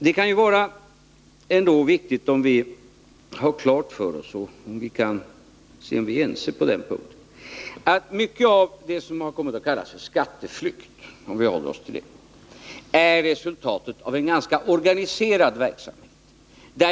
Det kan ändå vara viktigt att försöka konstatera om vi är ense om att mycket av det som har kommit att kallas skatteflykt — om vi håller oss till det — är resultatet av en ganska organiserad verksamhet.